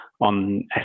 on